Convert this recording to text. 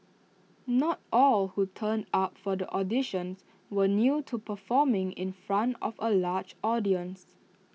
not all who turned up for the auditions were new to performing in front of A large audience